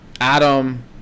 Adam